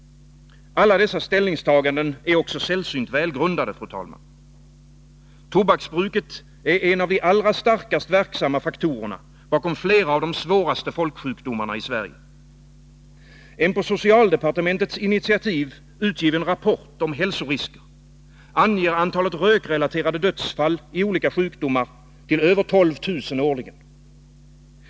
Alla dessa ställningstaganden är också sällsynt välgrundade, fru talman. Tobaksbruket är en av de allra starkast verksamma faktorerna bakom flera av de svåraste folksjukdomarna i Sverige. En på socialdepartementets initiativ utgiven rapport om hälsorisker anger antalet rökrelaterade dödsfall i olika sjukdomar till över 12 000 årligen.